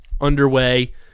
underway